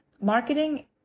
Marketing